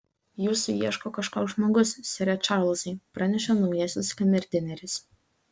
jūsų ieško kažkoks žmogus sere čarlzai pranešė naujasis kamerdineris